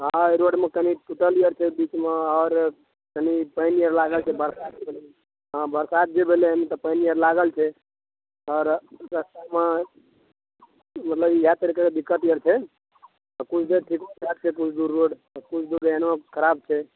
हँ एहि दुआरे कनि टूटल आर छै बीचमे आओर कनि पानि आर लागल छै बरसातके हँ बरसात जे भेलै हन तऽ पानि आर लागल छै आओर रस्तामे मतलब इएह तरहके दिक्कत आर छै तऽ किछु दूर ठीको छै फेर किछु दूर एहनो खराब छै